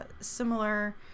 similar